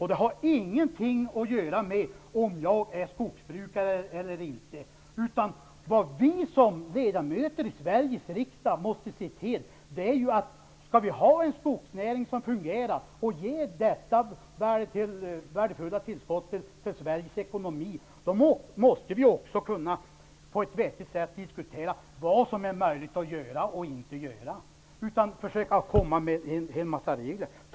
Det har ingenting att göra med om jag är skogsbrukare eller inte. Om vi skall ha en skogsnäring som fungerar och ger detta värdefulla tillskott till Sveriges ekonomi måste vi också som ledamöter i Sveriges riksdag på ett vettigt sätt kunna diskutera vad som är möjligt att göra eller inte göra och inte komma med en massa regler.